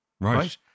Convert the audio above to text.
right